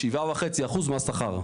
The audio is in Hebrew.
7.5% מהשכר.